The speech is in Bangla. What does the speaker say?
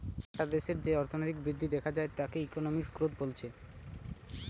একটা দেশের যেই অর্থনৈতিক বৃদ্ধি দেখা যায় তাকে ইকোনমিক গ্রোথ বলছে